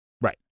Right